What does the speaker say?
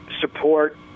support